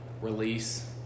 release